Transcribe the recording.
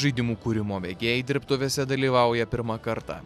žaidimų kūrimo mėgėjai dirbtuvėse dalyvauja pirmą kartą